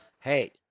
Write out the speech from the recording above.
Hey